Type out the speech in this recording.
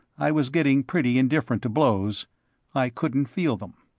i was getting pretty indifferent to blows i couldn't feel them.